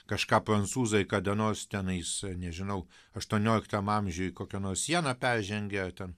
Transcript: kažką prancūzai kada nors tenais nežinau aštuonioliktam amžiuj kokią nors sieną peržengė ar ten